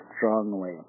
strongly